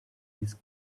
these